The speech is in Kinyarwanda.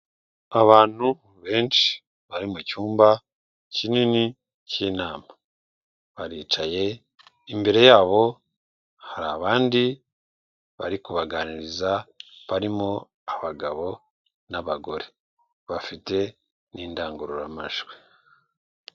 Abantu benshi bari mu cyumba kinini cy'inama baricaye, imbere yabo hari abandi bari kubaganiriza barimo abagabo n'abagore bafite n'indangururamajwi.